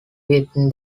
within